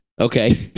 Okay